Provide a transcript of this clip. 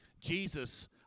Jesus